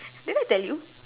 did I tell you